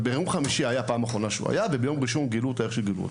ביום חמישי המטפלת עזבה וביום ראשון גילו אותה במצב בו גילו אותה.